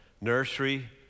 nursery